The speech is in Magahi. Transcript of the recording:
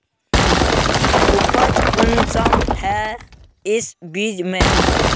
उपज कुंसम है इस बीज में?